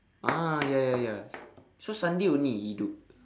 ah ya ya ya so Sunday only he do